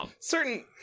certain